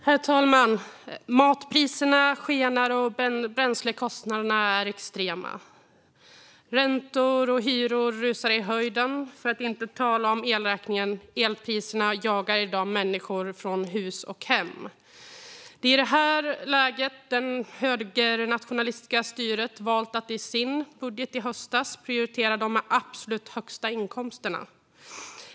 Herr talman! Matpriserna skenar, och bränslekostnaderna är extrema. Räntor och hyror rusar i höjden - för att inte tala om elräkningarna. Elpriserna jagar i dag människor från hus och hem. Det är i detta läge det högernationalistiska styret valt att i sin budget prioritera dem med de absolut högsta inkomsterna.